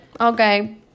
okay